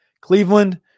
Cleveland